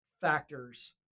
factors